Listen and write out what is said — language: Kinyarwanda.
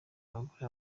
abagore